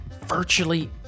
virtually